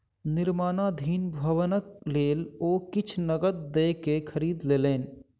निर्माणाधीन भवनक लेल ओ किछ नकद दयके खरीद लेलैन